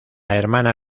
hermana